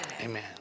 Amen